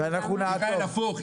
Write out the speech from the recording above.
ואנחנו --- הפוך.